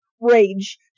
rage